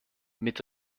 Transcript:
mit